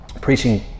preaching